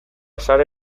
sare